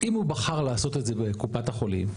אם הוא בחר לעשות את זה בקופת חולים,